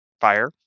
fire